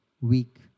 weak